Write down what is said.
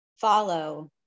follow